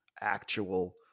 actual